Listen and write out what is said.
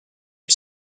for